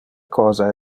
cosa